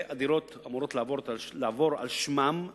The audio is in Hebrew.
והדירות אמורות לעבור על שמן בטאבו,